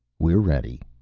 we're ready,